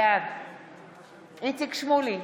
בעד איציק שמולי,